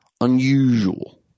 unusual